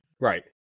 Right